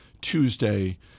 Tuesday